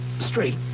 straight